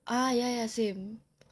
ah ya ya same